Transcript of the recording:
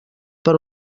per